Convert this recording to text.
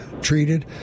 treated